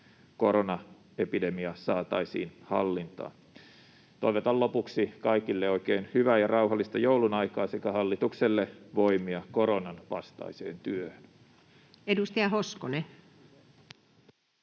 koronaepidemia saataisiin hallintaan. Toivotan lopuksi kaikille oikein hyvää ja rauhallista joulun aikaa sekä hallitukselle voimia koronan vastaiseen työhön!